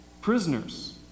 prisoners